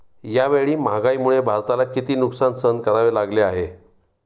यावेळी महागाईमुळे भारताला किती नुकसान सहन करावे लागले आहे?